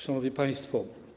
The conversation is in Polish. Szanowni Państwo!